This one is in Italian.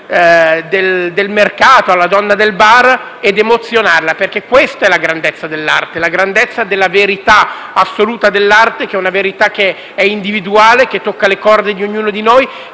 donna del mercato, alla donna del bar, ed emozionarla, perché questa è la grandezza dell'arte, la grandezza della verità assoluta dell'arte, una verità individuale che tocca le corde di ognuno di noi